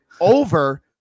Over